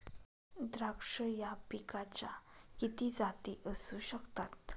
द्राक्ष या पिकाच्या किती जाती असू शकतात?